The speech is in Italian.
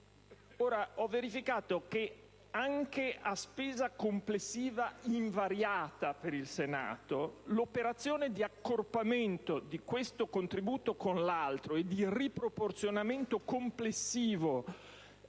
Ho verificato che, anche a spesa complessiva invariata per il Senato, l'operazione di accorpamento di questo contributo con l'altro e il riproporzionamento complessivo